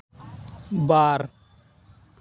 ᱵᱟᱨ